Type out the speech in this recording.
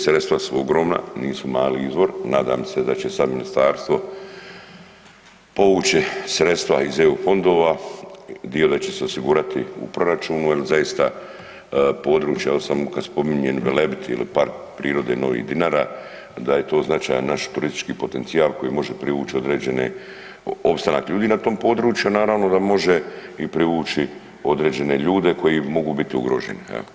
Sredstva su ogromna, nisu mali izvor, nadam se da će sad Ministarstvo povući sredstva iz EU fondova, dio da će se osigurati u proračunu jer zaista područja, evo samo kad spominjem Velebit ili Park prirode novi Dinara, da je to značajan naš turistički potencijal koji može privući opstanak ljudi na tom području, naravno da može i privući i određene ljude koji mogu biti ugroženi.